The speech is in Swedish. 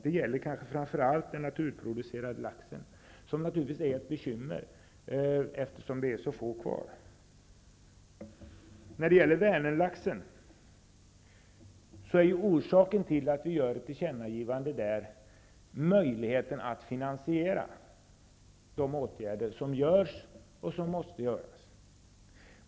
Det gäller kanske framför allt den naturreproducerade laxen, som är ett bekymmer, eftersom det finns så få kvar. Orsaken till att vi gör ett tillkännagivande om Vänerlaxen är möjligheten att finansiera de åtgärder som görs och som måste göras.